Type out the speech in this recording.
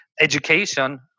education